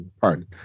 pardon